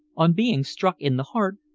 on being struck in the heart,